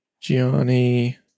Gianni